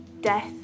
death